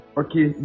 okay